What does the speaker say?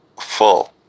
full